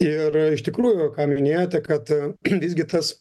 ir iš tikrųjų ką minėjote kad visgi tas